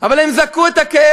אבל הם זעקו את הכאב,